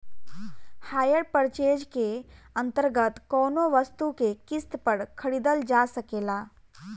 hire purchase के अंतर्गत कौनो वस्तु के किस्त पर खरीदल जा सकेला